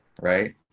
right